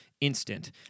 instant